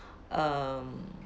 um